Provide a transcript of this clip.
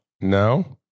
No